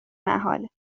محاله